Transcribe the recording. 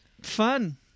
fun